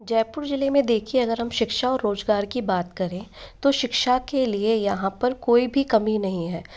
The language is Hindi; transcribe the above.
जयपुर ज़िले में देखें अगर हम शिक्षा और रोज़गार की बात करें तो शिक्षा के लिए यहाँ पर कोई भी कमी नहीं है